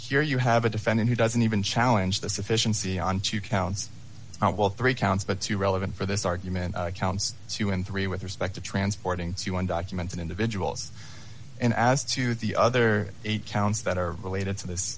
here you have a defendant who doesn't even challenge the sufficiency on two counts of all three counts but you relevant for this argument counts two and three with respect to transporting you one documented individuals and as to the other eight counts that are related to this